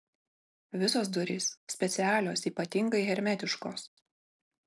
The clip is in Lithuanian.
visos durys specialios ypatingai hermetiškos